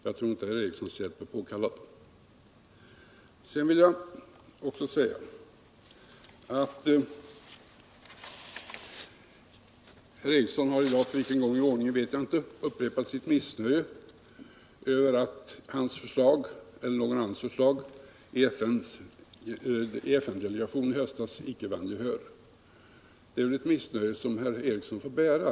Jag tror inte att herr Ericsons hjälp är påkallad. Sedan vill jag också säga att herr Ericson i dag — för vilken gång i ordningen vet jag inte — har upprepat sitt missnöje över att hans förslag, eller någon annans förslag, i FN-delegationen i höstas icke vann gehör. Det är väl cu in än missnöje som herr Ericson får bära.